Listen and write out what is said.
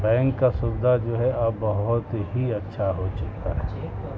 bank کا سبدھا جو ہے اب بہت ہی اچھا ہو چکا ہے